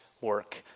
work